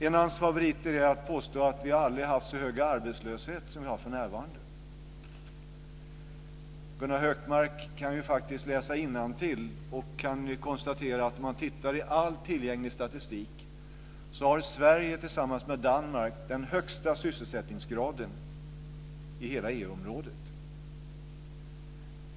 En av hans favoriter är att påstå att vi aldrig har haft så hög arbetslöshet som vi har för närvarande. Gunnar Hökmark kan faktiskt läsa innantill. Enligt all tillgänglig statistik har Sverige tillsammans med Danmark den högsta sysselsättningsgraden i hela EU-området.